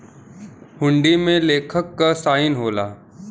हुंडी में लेखक क साइन होला